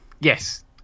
Yes